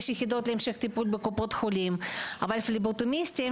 יש יחידות המשך טיפול בבית החולים אבל פבלוטומיסטים